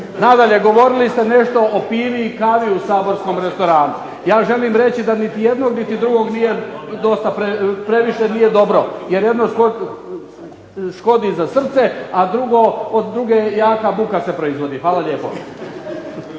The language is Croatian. Nadalje govorili ste nešto o pivi i kavi u saborskom restoranu. Ja želim reći da niti jednog, niti drugog nije dosta, previše nije dobro, jer jedno škodi za srce, a drugo, od druge jaka buka se proizvodi. Hvala lijepo.